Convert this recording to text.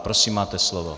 Prosím máte slovo.